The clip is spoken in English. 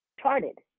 charted